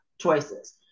choices